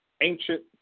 ancient